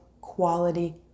quality